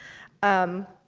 um,